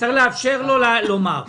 צריך לאפשר לו לומר.